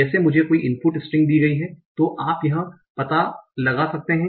जैसे मुझे कोई इनपुट स्ट्रिंग दी गयी हैं